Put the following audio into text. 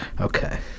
Okay